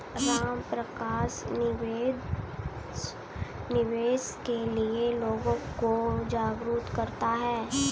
रामप्रसाद निवेश के लिए लोगों को जागरूक करता है